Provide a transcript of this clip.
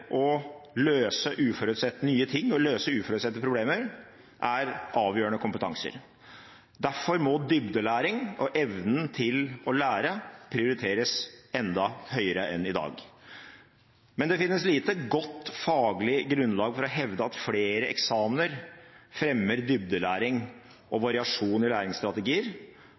ting og løse uforutsette problemer er avgjørende kompetanser. Derfor må dybdelæring og evne til å lære prioriteres enda høyere enn i dag. Men det finnes lite faglig grunnlag for å hevde at flere eksamener fremmer dybdelæring og variasjon i læringsstrategier,